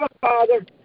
Father